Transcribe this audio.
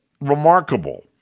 remarkable